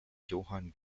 johann